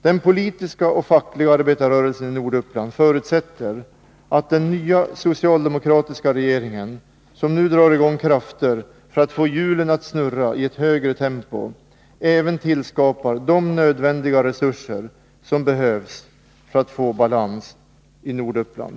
Den politiska och fackliga arbetarrörelsen i Norduppland förutsätter att den nya socialdemokratiska regeringen, som nu drar i gång krafter för att få hjulen att snurra i ett högre tempo, även tillskapar de nödvändiga resurser som behövs för att få balans i Norduppland.